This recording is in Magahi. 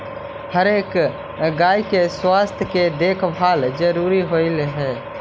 हर एक गाय के स्वास्थ्य के देखभाल जरूरी होब हई